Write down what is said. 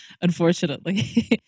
unfortunately